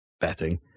Betting